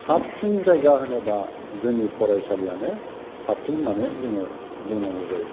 साबसिन जायगा होनोबा जोंनि फरायसालियानो साबसिन होननानै जोङो बुंनांगौ जायो